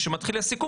אנחנו נחכה.